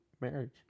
marriage